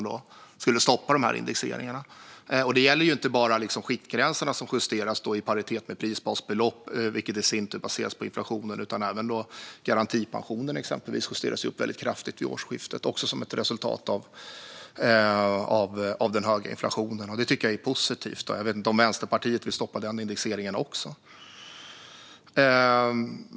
Det gäller inte bara skiktgränserna som justeras i paritet med prisbasbelopp, som i sin tur baseras på inflationen, utan även exempelvis garantipensionen justeras upp väldigt kraftigt vid årsskiftet, också som ett resultat av den höga inflationen. Det tycker jag är positivt - jag vet inte om Vänsterpartiet vill stoppa den indexeringen också.